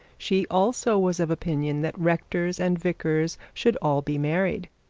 she, also, was of opinion, that rectors and vicars should all be married,